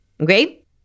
okay